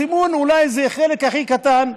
הסימון זה אולי החלק הכי קטן,